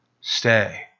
stay